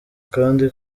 kandi